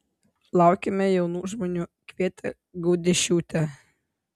laukiame jaunų žmonių kvietė gaudiešiūtė